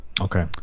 Okay